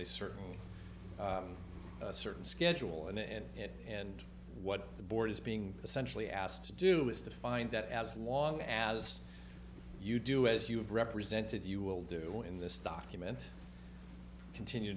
they certainly certain schedule in the end and what the board is being essentially asked to do is to find that as long as you do as you've represented you will do in this document continue